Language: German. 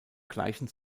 gleichen